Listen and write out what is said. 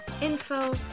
info